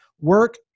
Work